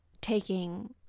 taking